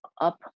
up